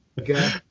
okay